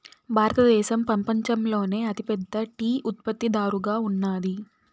భారతదేశం పపంచంలోనే అతి పెద్ద టీ ఉత్పత్తి దారుగా ఉన్నాది